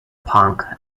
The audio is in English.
punk